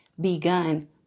begun